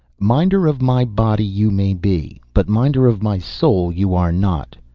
minder of my body you may be. but minder of my soul you are not.